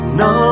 no